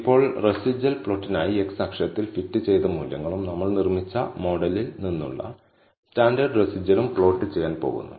ഇപ്പോൾ റെസിജ്വൽ പ്ലോട്ടിനായി x അക്ഷത്തിൽ ഫിറ്റ് ചെയ്ത മൂല്യങ്ങളും നമ്മൾ നിർമ്മിച്ച മോഡലിൽ നിന്നുള്ള സ്റ്റാൻഡേർഡ് റെസിജ്വലും പ്ലോട്ട് ചെയ്യാൻ പോകുന്നു